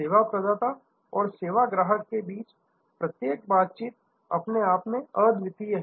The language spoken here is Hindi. सेवा प्रदाता और सेवा ग्राहक के बीच प्रत्येक बातचीत अपने आप में अद्वितीय है